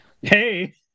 Hey